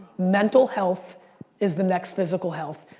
mental health is the next physical health.